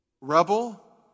Rebel